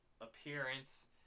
appearance